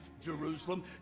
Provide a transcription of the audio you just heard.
Jerusalem